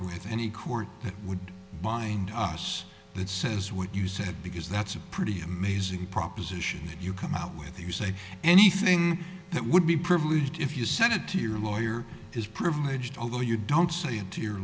with any court that would bind us that says what you said because that's a pretty amazing proposition that you come out with you say anything that would be privileged if you sent it to your lawyer is privileged although you don't say it to your